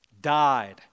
died